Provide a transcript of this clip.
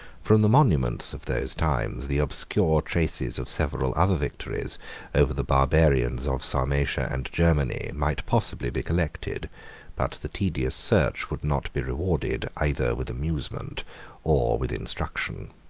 from the monuments of those times, the obscure traces of several other victories over the barbarians of sarmatia and germany might possibly be collected but the tedious search would not be rewarded either with amusement or with instruction.